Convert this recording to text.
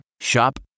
Shop